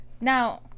now